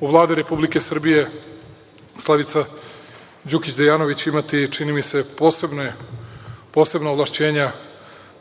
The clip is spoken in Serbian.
u Vladi Republike Srbije, Slavica Đukić Dejanović, imati, čini mi se, posebna ovlašćenja